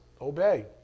obey